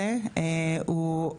הוא,